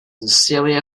sincerely